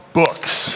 books